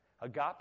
Agape